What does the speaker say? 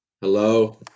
Hello